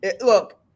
Look